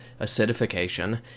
acidification